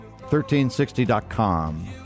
1360.com